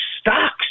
stocks